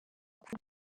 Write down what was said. kuvuga